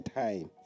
time